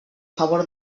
favor